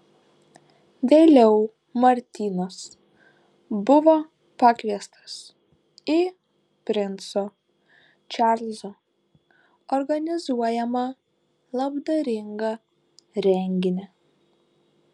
vėliau martynas buvo pakviestas į princo čarlzo organizuojamą labdaringą renginį